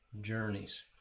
journeys